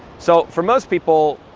so for most people,